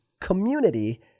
community